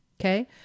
Okay